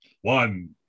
one